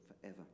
forever